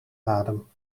adem